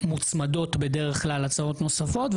מוצמדות בדרך כלל הצעות נוספות,